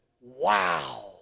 Wow